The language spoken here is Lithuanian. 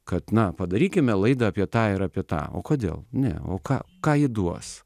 kad na padarykime laidą apie tą ir apie tą o kodėl ne o ką ką ji duos